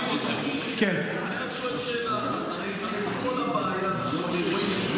אני רק שואל שאלה אחת: כל הבעיה הזאת,